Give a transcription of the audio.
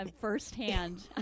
firsthand